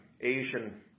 Asian